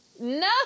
No